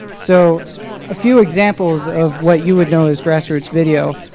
so a few examples of what you would know as grassroots video,